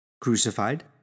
Crucified